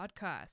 podcast